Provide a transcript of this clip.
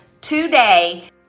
today